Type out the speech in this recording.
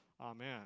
Amen